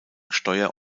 steuer